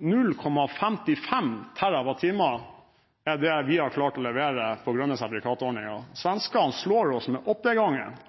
0,55 TWh er det vi har klart å levere på grønne sertifikatordninger. Svenskene slår oss med åtte ganger mer.